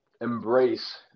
embrace